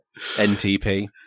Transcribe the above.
NTP